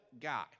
guy